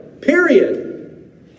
Period